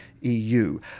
EU